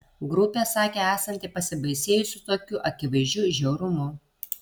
grupė sakė esanti pasibaisėjusi tokiu akivaizdžiu žiaurumu